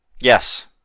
Yes